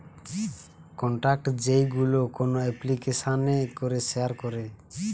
contact যেইগুলো কোন এপ্লিকেশানে করে শেয়ার করে